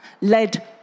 Led